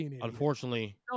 Unfortunately